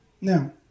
Now